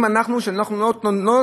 זה לא רק משהו אקסטרה.